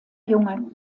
junge